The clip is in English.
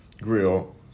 grill